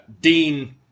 Dean